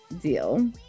deal